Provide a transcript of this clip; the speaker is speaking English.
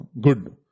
good